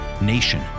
nation